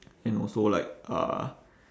and also like uh